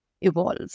evolve